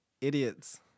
Idiots